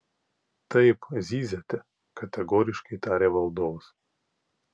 taip zyziate kategoriškai tarė valdovas